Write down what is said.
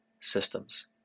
systems